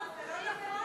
אבל זה לא נכון.